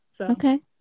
Okay